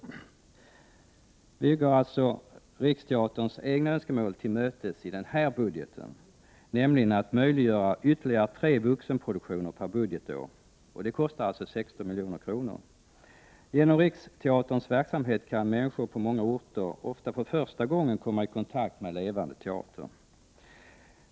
Vi vill alltså uppfylla Riksteaterns egna önskemål i den här budgeten. Det gäller nämligen att möjliggöra ytterligare tre vuxenproduktioner per budgetår, och det kostar 16 milj.kr. Genom Riksteaterns verksamhet kan människor på många orter, ofta för första gången, komma i kontakt med en levande teater.